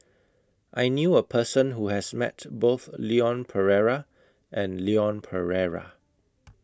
I knew A Person Who has Met Both Leon Perera and Leon Perera